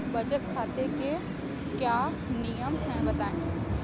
बचत खाते के क्या नियम हैं बताएँ?